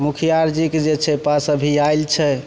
मुखिया आरजी के जे छै औता सभी आयल छै